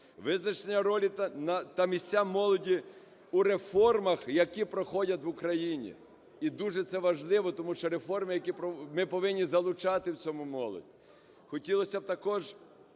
Визначення ролі та місця молоді у реформах, які проходять в Україні, і дуже це важливо, тому що реформи, які… ми повинні залучати в цьому молодь. Хотілося б також